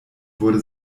wurde